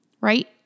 Right